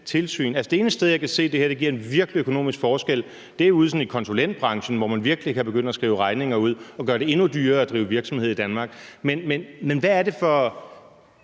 tilsyn. Altså, det eneste sted, jeg kan se at det her virkelig giver en økonomisk forskel, er sådan ude i konsulentbranchen, hvor man virkelig kan begynde at skrive regninger ud og gøre det endnu dyrere at drive virksomhed i Danmark. Men hvad er det for